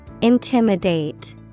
Intimidate